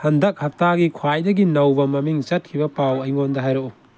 ꯍꯟꯗꯛ ꯍꯞꯇꯥꯒꯤ ꯈ꯭ꯋꯥꯏꯗꯒꯤ ꯅꯧꯕ ꯃꯃꯤꯡ ꯆꯠꯈꯤꯕ ꯄꯥꯎ ꯑꯩꯉꯣꯟꯗ ꯍꯥꯏꯔꯛꯎ